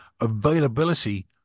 availability